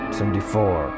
Seventy-four